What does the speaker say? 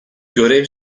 görev